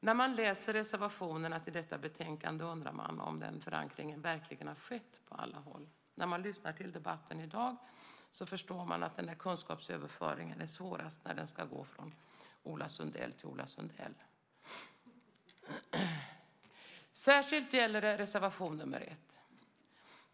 När man läser reservationerna till detta betänkande undrar man om den förankringen verkligen har skett på alla håll. När man lyssnar till debatten i dag förstår man att den här kunskapsöverföringen är svårast när den ska gå från Ola Sundell till Ola Sundell. Särskilt gäller det reservation nr 1.